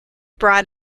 brought